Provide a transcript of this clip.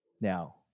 now